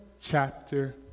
chapter